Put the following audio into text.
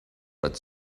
but